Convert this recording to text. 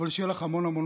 אבל שתהיה לך המון המון